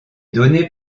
données